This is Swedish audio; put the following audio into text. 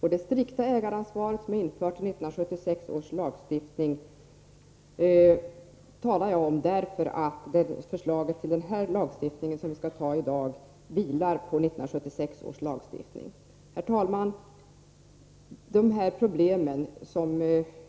Att jag talar om det strikta ägaransvar som infördes i 1976 års lagstiftning beror på att dagens förslag till lagstiftning vilar på 1976 års lagstiftning. Herr talman! De problem som